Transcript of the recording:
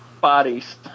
Bodies